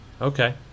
okay